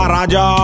Raja